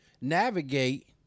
navigate